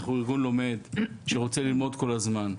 אנחנו ארגון לומד שרוצה ללמוד כל הזמן.